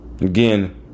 Again